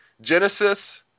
Genesis